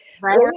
right